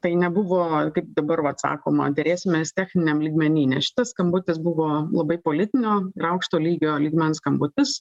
tai nebuvo kaip dabar vat sakoma derėsimės techniniam lygmeny nes šitas skambutis buvo labai politinio ir aukšto lygio lygmens skambutis